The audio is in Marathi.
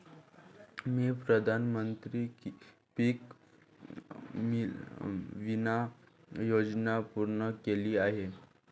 मी प्रधानमंत्री पीक विमा योजना पूर्ण केली आहे